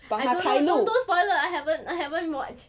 don't don't no spoiler I haven't I haven't watch